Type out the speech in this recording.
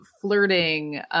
flirting